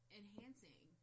enhancing